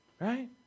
Right